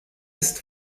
ist